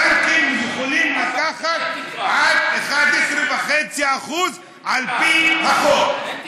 הבנקים יכולים לקחת עד 11.5% על פי החוק.